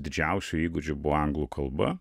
didžiausių įgūdžių buvo anglų kalba